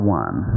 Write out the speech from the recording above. one